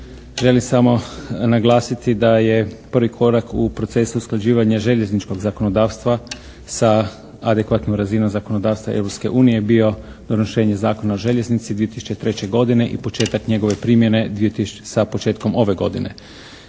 želim samo naglasiti da je prvi korak u procesu usklađivanja željezničkog zakonodavstva sa adekvatnom razinom zakonodavstva Europske unije bio donošenje Zakona o željeznici 2003. godine i početak njegove primjene sa početkom ove godine.